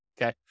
okay